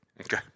Okay